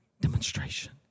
demonstration